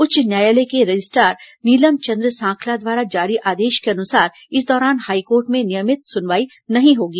उच्च न्यायालय के रजिस्टार नीलम चंद्र सांखला द्वारा जारी आदेश के अनुसार इस दौरान हाईकोर्ट में नियमित सुनवाई नहीं होगी